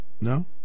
No